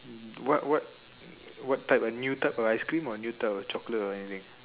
what what what type a new type of ice cream or new type of chocolate or anything